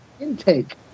intake